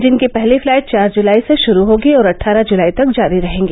जिनकी पहली फ्लाईट चार जुलाई से षुरू होगी और अट्ठारह जुलाई तक जारी रहेगी